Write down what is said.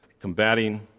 combating